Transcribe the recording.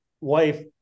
wife